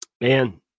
Man